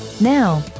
Now